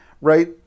right